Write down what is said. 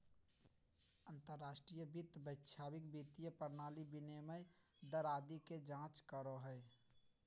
अंतर्राष्ट्रीय वित्त वैश्विक वित्तीय प्रणाली, विनिमय दर आदि के जांच करो हय